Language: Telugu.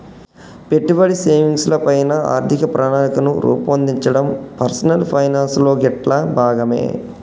పెట్టుబడి, సేవింగ్స్ ల పైన ఆర్థిక ప్రణాళికను రూపొందించడం పర్సనల్ ఫైనాన్స్ లో గిట్లా భాగమే